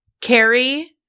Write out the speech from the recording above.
Carrie